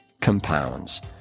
compounds